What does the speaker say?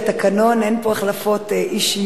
לא יתקבל בציבור הזה.